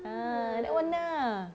ah that [one] ah